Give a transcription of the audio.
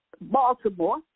Baltimore